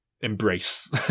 embrace